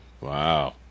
Wow